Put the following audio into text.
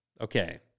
okay